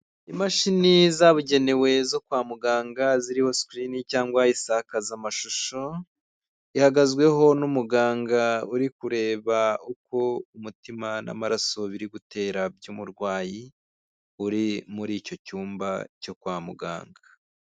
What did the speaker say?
Imashini zabugenewe zo kwa muganga ziriho sikirini cyangwa insakazamashusho, ihagazweho n'umuganga uri kureba uko umutima n'amaraso biri gutera by'umurwayi uri muri icyo cyumba cyo kwa muganga.